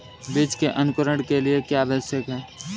बीज के अंकुरण के लिए क्या आवश्यक है?